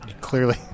Clearly